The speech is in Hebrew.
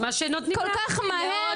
מה שנותנים, מיליארדים.